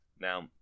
Now